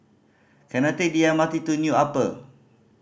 can I take the M R T to New Upper